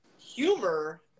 humor